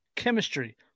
chemistry